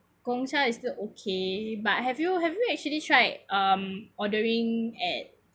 Gongcha is still okay but have you have you actually tried um ordering at